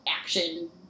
action